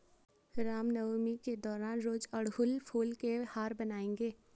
रामनवमी के दौरान रोज अड़हुल फूल के हार बनाएंगे